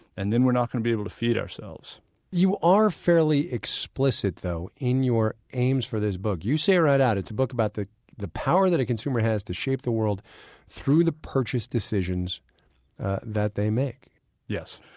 and then we're not going to be able to feed ourselves you are fairly explicit, though, in your aims for this book. you say right out it's a book about the the power that a consumer has to shape the world through the purchase decisions that they make yes.